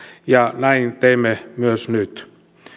ja näin teemme myös nyt